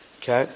Okay